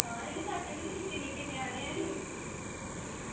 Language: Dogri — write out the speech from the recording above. हैन बी निक्के निक्के ञ्यानें ऐ नी